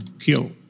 kill